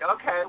okay